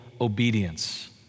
obedience